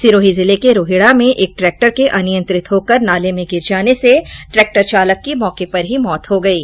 सिरोही जिले के रोहिड़ा में एक ट्रैक्टर के अनियंत्रित होकर नाले में गिर जाने से ट्रैक्टर चालक की मौके पर ही मृत्यु हो गयी